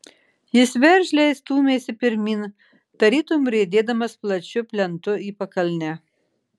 jis veržliai stūmėsi pirmyn tarytum riedėdamas plačiu plentu į pakalnę